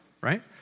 right